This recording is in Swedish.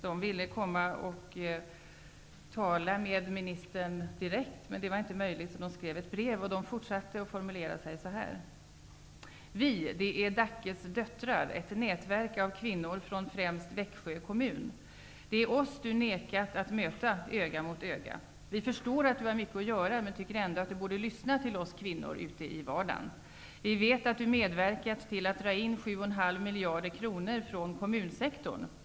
De ville komma och tala med ministern direkt, men det var inte möjligt. Därför skrev de följande brev: Får vi kalla dig så? Och har vi någon anledning att göra det? 'Vi', det är Dackes döttrar, ett nätverk av kvinnor från främst Växjö kommun. Det är oss du nekat att möta öga mot öga. Vi förstår att du har mycket att göra, men tycker ändå du borde lyssna till oss kvinnor ute i vardagen. Vi vet att du medverkat till att dra in 7,5 miljarder kronor från kommunsektorn.